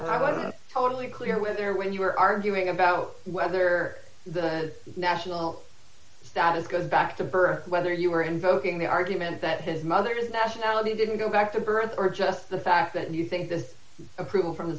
don't totally clear with there when you were arguing about whether the national health status goes back to birth whether you were invoking the argument that his mother his nationality didn't go back to birth or just the fact that you think the approval from the